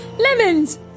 Lemons